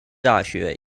大学